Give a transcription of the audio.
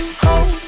home